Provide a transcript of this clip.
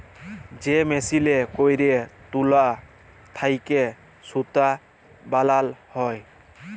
যে মেসিলে ক্যইরে তুলা থ্যাইকে সুতা বালাল হ্যয়